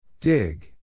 Dig